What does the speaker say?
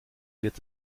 wird